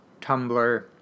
Tumblr